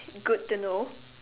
good to know